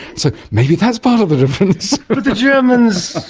so maybe that's part of the difference. but the germans,